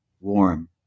warm